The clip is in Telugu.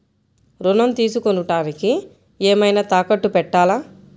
ఋణం తీసుకొనుటానికి ఏమైనా తాకట్టు పెట్టాలా?